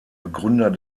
begründer